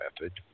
method